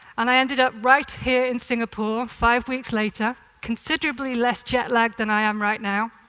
and i ended up right here in singapore five weeks later, considerably less jet-lagged than i am right now.